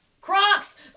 Crocs